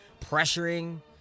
pressuring